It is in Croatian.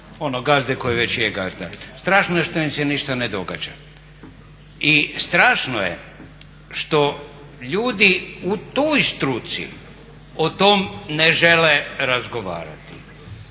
onog gazde koji već je gazda. Strašno je što im se ništa ne događa i strašno je što ljudi u toj struci o tom ne žele razgovarati.